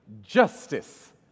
Justice